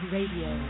Radio